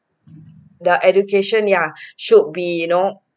the education ya should be you know